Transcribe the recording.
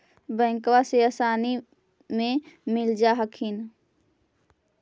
बैंकबा से आसानी मे मिल जा हखिन?